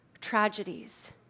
tragedies